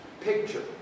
picture